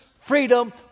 freedom